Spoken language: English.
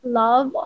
love